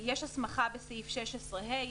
יש הסמכה בסעיף 16(ה),